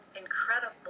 incredible